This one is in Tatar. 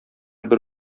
бер